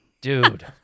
Dude